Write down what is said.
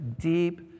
deep